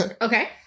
Okay